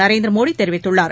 நரேந்திரமோடி தெரிவித்துள்ளார்